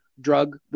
drug